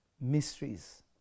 mysteries